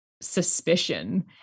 suspicion